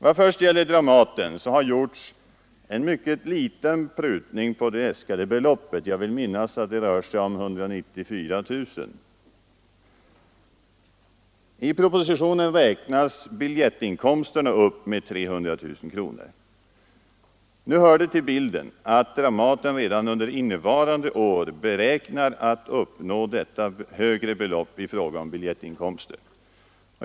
Vad först gäller Dramaten har det gjorts en mycket liten prutning på det äskade beloppet — jag vill minnas att det rör sig om 194 000 kronor: I propositionen räknas biljettinkomsterna upp med 300 000 kronor. Det hör till bilden att Dramaten beräknar att redan under innevarande år uppnå detta högre belopp i fråga om biljettinkomster.